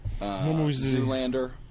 Zoolander